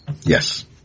Yes